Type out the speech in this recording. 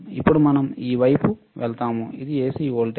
ఇప్పుడు మనం ఈ వైపు వెళ్తాము ఇది ఎసి వోల్టేజ్